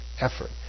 effort